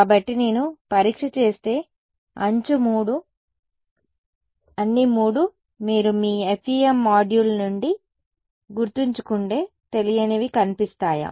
కాబట్టి నేను పరీక్ష చేస్తే అంచు 3 అన్ని 3 మీరు మీ FEM మాడ్యూల్ నుండి గుర్తుంచుకుంటే తెలియనివి కనిపిస్తాయా